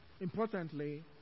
importantly